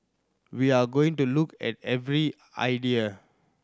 we are going to look at every idea